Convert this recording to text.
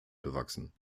bewachsen